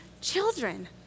children